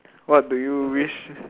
what do you wish